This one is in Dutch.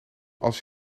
als